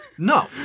No